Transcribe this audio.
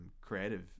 creative